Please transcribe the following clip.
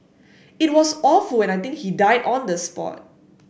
it was awful and I think he died on the spot